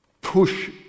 push